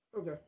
Okay